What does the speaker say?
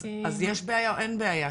אז יש בעיה או אין בעיה?